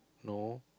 no